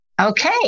Okay